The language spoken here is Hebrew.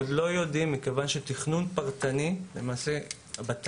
הם עוד לא יודעים, מכיוון שתכנון פרטני טרם נעשה.